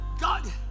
God